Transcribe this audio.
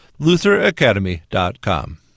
lutheracademy.com